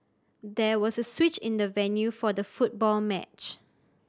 there was a switch in the venue for the football match